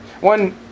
One